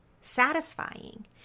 satisfying